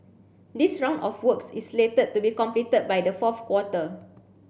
this round of works is slated to be completed by the fourth quarter